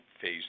phase